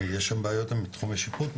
יש שם בעיות בתחום השיפוט,